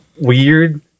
weird